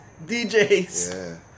DJs